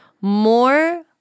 more